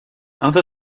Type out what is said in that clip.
other